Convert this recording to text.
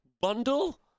bundle